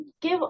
give